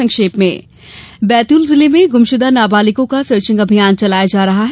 संक्षिप्त समाचार बैतूल जिले में गुमशुदा नाबालिगों का सर्चिंग अभियान चलाया जा रहा है